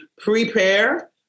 prepare